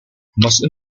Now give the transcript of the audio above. muslim